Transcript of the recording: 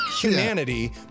humanity